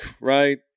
right